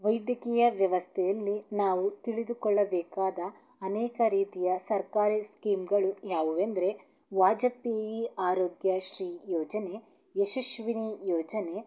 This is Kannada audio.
ವೈದ್ಯಕೀಯ ವ್ಯವಸ್ಥೆಯಲ್ಲಿ ನಾವು ತಿಳಿದುಕೊಳ್ಳಬೇಕಾದ ಅನೇಕ ರೀತಿಯ ಸರ್ಕಾರಿ ಸ್ಕೀಮ್ಗಳು ಯಾವುವೆಂದರೆ ವಾಜಪೇಯಿ ಆರೋಗ್ಯ ಶ್ರೀ ಯೋಜನೆ ಯಶಸ್ವಿನಿ ಯೋಜನೆ